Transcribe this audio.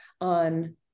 on